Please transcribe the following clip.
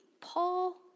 Paul